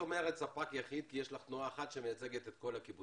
אומרת "ספק יחיד" כי יש לך תנועה אחת שמייצגת את כל הקיבוצים.